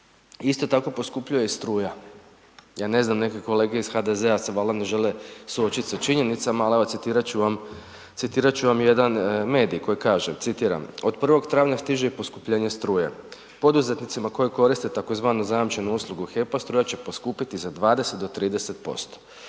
Isto tako poskupljuje struja. Ja ne znam neke kolege iz HDZ-a se valjda ne žele suočiti sa činjenicama ali evo, citirat ću vam jedan medij koji kaže, citiram: Od 1. travnja stiže i poskupljenje struje. Poduzetnicima koji koriste tzv. zajamčenu uslugu HEP-a, struja će poskupiti za 20 do 30%.